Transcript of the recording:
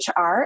HR